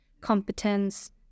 competence